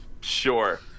Sure